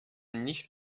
nicht